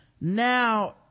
now